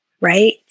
Right